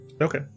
Okay